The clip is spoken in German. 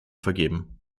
vergeben